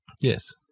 Yes